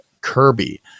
Kirby